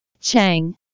Chang